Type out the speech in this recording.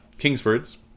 Kingsfords